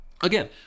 Again